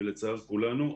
לצער כולנו,